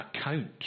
account